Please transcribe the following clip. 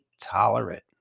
tolerant